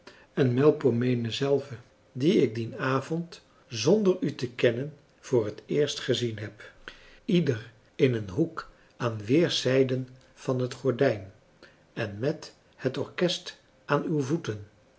en melpomene zelve die ik dien avond zonder u te kennen voor het eerst gezien heb ieder in een hoek aan weerszijden van het gordijn en met het orkest aan uw voeten